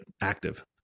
active